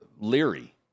Leary